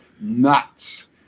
nuts